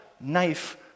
knife